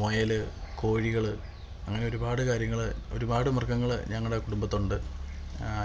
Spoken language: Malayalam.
മുയല് കോഴികള് അങ്ങനെ ഒരുപാട് കാര്യങ്ങള് ഒരുപാട് മൃഗങ്ങള് ഞങ്ങളുടെ കുടുംബത്തുണ്ട്